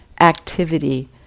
activity